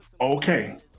Okay